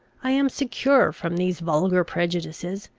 i am secure from these vulgar prejudices.